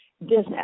business